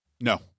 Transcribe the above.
No